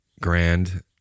grand